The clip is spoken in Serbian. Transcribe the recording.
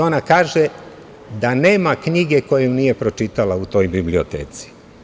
Ona kaže da nema knjige koju nije pročitala u toj biblioteci.